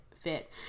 fit